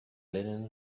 linen